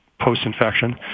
post-infection